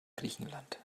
griechenland